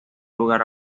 lugar